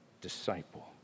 disciple